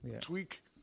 tweak